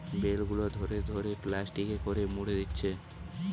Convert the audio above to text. bell গুলা ধরে ধরে প্লাস্টিকে করে মুড়ে দিচ্ছে